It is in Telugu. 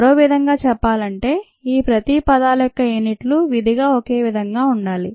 మరోవిధంగా చెప్పాలంటే ఈ ప్రతి పదాల యొక్క యూనిట్ లు విధిగా ఒకేవిధంగా ఉండాలి